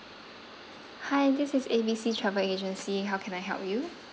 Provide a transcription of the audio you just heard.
hi this is A B C travel agency how can I help you